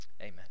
amen